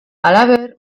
halaber